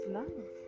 love